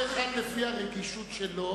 חבר הכנסת הורוביץ, כל אחד לפי הרגישות שלו.